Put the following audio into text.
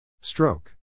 Stroke